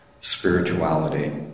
spirituality